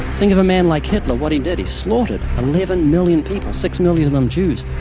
think of a man like hitler, what he did. he slaughtered eleven million people, six million of them jews.